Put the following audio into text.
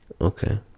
okay